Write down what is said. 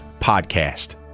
podcast